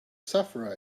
sufferer